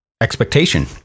expectation